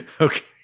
Okay